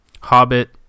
Hobbit